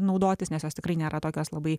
naudotis nes jos tikrai nėra tokios labai